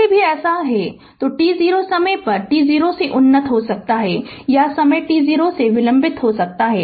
पहले भी यदि ऐसा है तो t0 में यह समय t0 से उन्नत हो सकता है या समय t0 से विलंबित हो सकता है